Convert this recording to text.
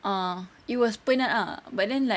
uh it was penat ah but then like